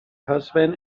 husband